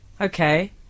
Okay